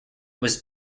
was